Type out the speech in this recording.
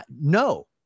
no